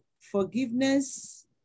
forgiveness